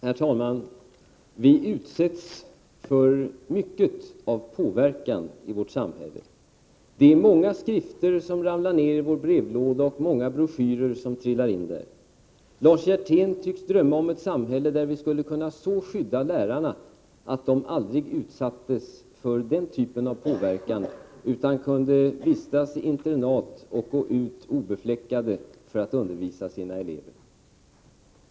Herr talman! Vi utsätts för mycket av påverkan i vårt samhälle. Det är många skrifter och broschyrer som ramlar ner i våra brevlådor. Lars Hjertén tycks drömma om ett samhälle där vi skulle kunna så skydda lärarna att de aldrig utsattes för den typen av påverkan utan kunde vistas i internat och gå ut obefläckade för att undervisa sina elever.